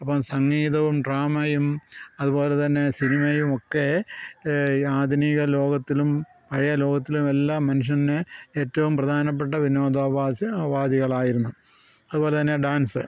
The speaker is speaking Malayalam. അപ്പം സംഗീതവും ഡ്രാമയും അതുപോലെ തന്നെ സിനിമയുമൊക്കെ ആധുനിക ലോകത്തിലും പഴയ ലോകത്തിലുമെല്ലാം മനുഷ്യനെ ഏറ്റവും പ്രധാനപ്പെട്ട വിനോദോപാധ്യകളായിരുന്നു അതുപോലെ തന്നെ ഡാൻസ്